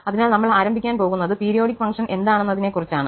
അതിനാൽ നമ്മൾ ആരംഭിക്കാൻ പോകുന്നത് പീരിയോഡിക് ഫങ്ക്ഷൻ എന്താണെന്നതിനെകുറിച്ചാണ്